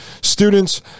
students